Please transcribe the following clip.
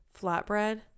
flatbread